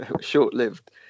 short-lived